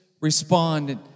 respond